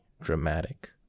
dramatic